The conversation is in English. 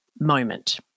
moment